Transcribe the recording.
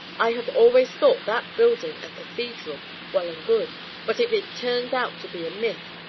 i have always thought that building a cathedral well and good but if it turns out to be a myth,